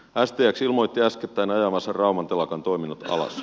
stx ilmoitti äskettäin ajavansa rauman telakan toiminnot alas